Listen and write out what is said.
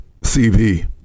CV